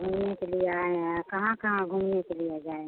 घूमने के लिए आए हैं कहाँ कहाँ घूमने के लिए जाएँगे